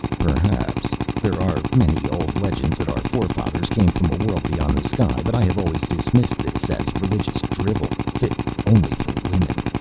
perhaps. there are many old legends that our forefathers came from a world beyond the sky, but i have always dismissed this as religious drivel, fit only for women.